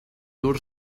dur